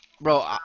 bro